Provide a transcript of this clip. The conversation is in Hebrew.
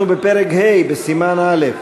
אנחנו בפרק ה', בסימן א'.